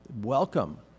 welcome